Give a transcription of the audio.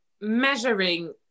measuring